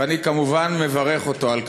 ואני כמובן מברך אותו על כך.